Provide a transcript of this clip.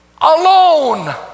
alone